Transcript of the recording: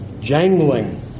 jangling